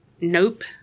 nope